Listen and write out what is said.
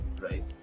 right